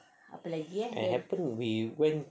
and happened we went to